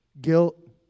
Guilt